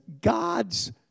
God's